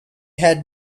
had